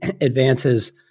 advances